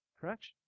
correction